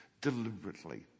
deliberately